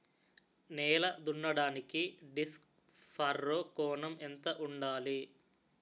నేల దున్నడానికి disc furrow కోణం ఎంత ఉండాలి?